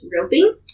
roping